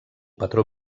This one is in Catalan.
patró